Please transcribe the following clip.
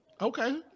Okay